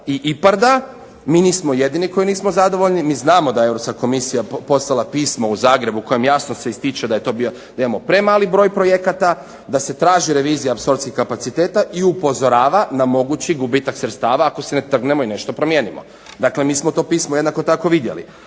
IPARD-a mi nismo jedini koji nismo zadovoljni, niti znamo da Europska Komisija poslala pismo u Zagrebu u kojem jasno se ističe da je to bio, da imamo premali broj projekata, da se traži revizija …/Ne razumije se./… kapaciteta i upozorava na mogući gubitak sredstava ako se ne trgnemo i nešto promijenimo. Dakle …/Ne razumije se./… pismo jednako tako vidjeli.